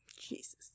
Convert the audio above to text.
Jesus